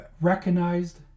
recognized